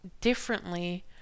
differently